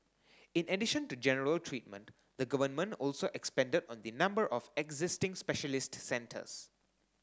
in addition to general treatment the Government also expanded on the number of existing specialist centres